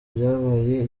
byabaye